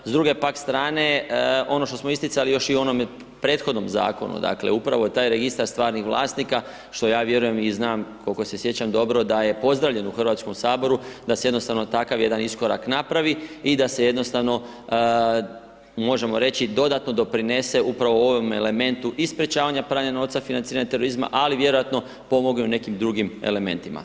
S druge, pak, strane, ono što smo isticali još i u onome prethodnom Zakonu, dakle, upravo je taj registar stvarnih vlasnika, što ja vjerujem i znam, koliko se sjećam dobro, da je pozdravljen u HS-u, da se jednostavno takav jedan iskorak napravi i da se jednostavno, možemo reći dodatno doprinese upravo ovom elementu i sprečavanja pranja novca financiranja terorizma, ali vjerojatno pomognu i u nekim drugim elementima.